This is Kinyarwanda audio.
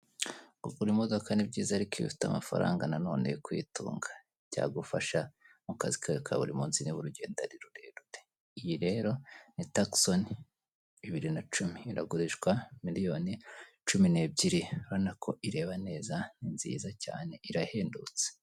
Kugura imodoka ni byiza ariko iyo ufite amafaranga na none yo kuyitunga. Byagufasha mu kazi kawe ka buri munsi niba urugendo rurerure. Iyi rero ni takisoni bibiri na cumi; iragurishwa miriyoni cumi n'ebyiri urabona ko ireba neza. Ni nziza cyane irahendutse.